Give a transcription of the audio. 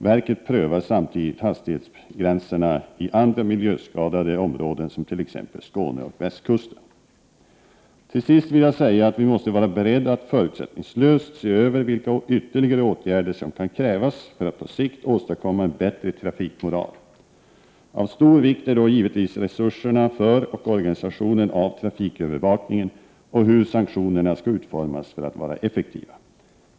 Verket prövar samtidigt hastighetsgränserna i andra miljöskadade områden som t.ex. Skåne och västkusten. Till sist vill jag säga att vi måste vara beredda att förutsättningslöst se över vilka ytterligare åtgärder som kan krävas för att på sikt åstadkomma en bättre trafikmoral. Av stor vikt är då givetvis resurserna för och organisationen av trafikövervakningen och hur sanktionerna skall utformas för att vara effektiva.